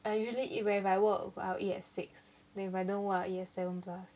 I usually eat when if I work I'll eat at six then if I don't work I'll eat at seven plus